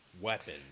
weapon